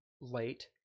late